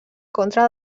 contra